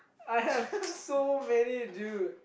I have so many dude